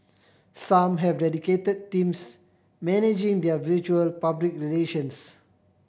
some have dedicated teams managing their virtual public relations